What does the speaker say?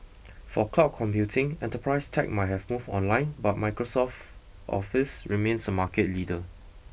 for cloud computing enterprise tech might have moved online but Microsoft Office remains a market leader